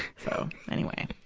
so, anyway.